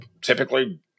typically